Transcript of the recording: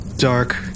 dark